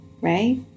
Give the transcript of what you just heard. right